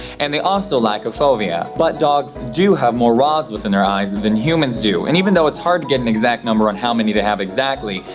and they also lack a fovea. but dogs do have more rods within their eyes than humans do. and even though it's hard getting an exact number on how many they have exactly,